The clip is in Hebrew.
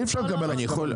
אי אפשר לקבל הסכמה מכל העולם.